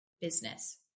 business